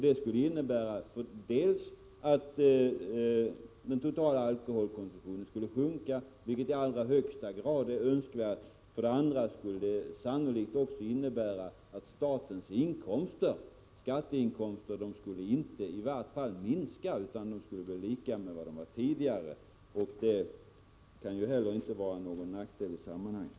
Det skulle för det första innebära att den totala alkoholkonsumtionen sjönk, vilket i allra högsta grad är önskvärt, och för det andra innebära att statens skatteinkomster i varje fall inte skulle minska utan sannolikt bli desamma som tidigare. Det kan ju inte heller vara någon nackdel i sammanhanget.